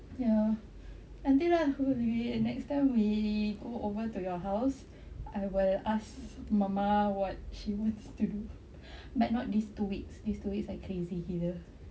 ya nanti lah next time we go over to your house I will ask mama what she wants to do but not this two weeks this two weeks like crazy gila